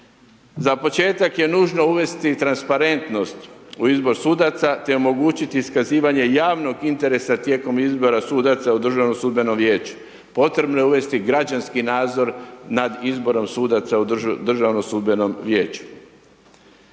Za početak je nužno uvesti transparentnost u izbor sudaca, te omogućiti iskazivanje javnog interesa tijekom izbora sudaca u Državnom sudbenom vijeću, potrebno je uvesti građanski nadzor, nad izborom sudaca u Državnom sudbenom vijeću.